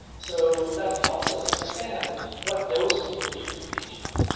so that helps us understand what dose we need to give to patients.